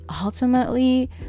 ultimately